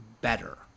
better